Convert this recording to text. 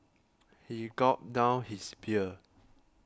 he gulped down his beer